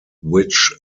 which